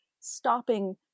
stopping